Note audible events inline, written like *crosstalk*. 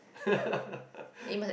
*laughs*